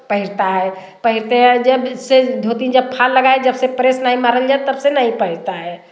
पहिरता है पहिनते हैं जब इससे धोती जब फाल लगाए जबसे प्रेस नहीं मारल जाए तब से नहीं पहिरता है